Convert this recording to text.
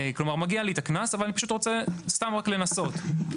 ומגיע לו קנס, והוא רוצה סתם לנסות.